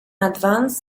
advanced